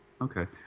Okay